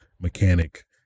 mechanic